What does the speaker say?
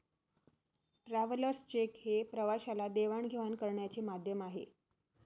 travellers cheque हे प्रवाशाला देवाणघेवाण करण्याचे माध्यम आहे